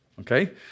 Okay